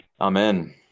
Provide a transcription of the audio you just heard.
Amen